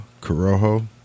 Corojo